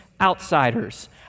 outsiders